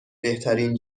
بهترین